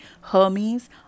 Hermes